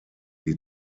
die